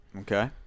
Okay